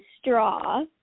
straw